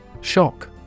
Shock